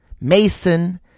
Mason